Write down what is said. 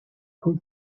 who